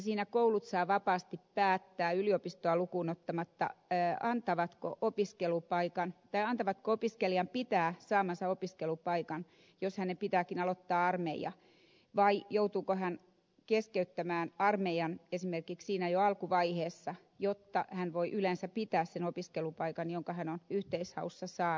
niissä koulut saavat vapaasti päättää yliopistoa lukuun ottamatta antavatko opiskelijan pitää saamansa opiskelupaikan jos hänen pitääkin aloittaa armeija vai joutuuko hän keskeyttämään armeijan esimerkiksi jo siinä alkuvaiheessa jotta hän voi yleensä pitää sen opiskelupaikan jonka hän on yhteishaussa saanut